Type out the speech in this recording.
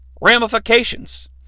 ramifications